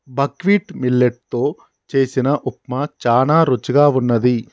buckwheat millet తో చేసిన ఉప్మా చానా రుచిగా వున్నది